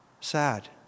Sad